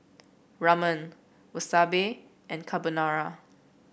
Ramen Wasabi and Carbonara